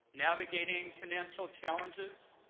navigating financial challenges,